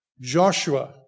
Joshua